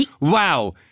wow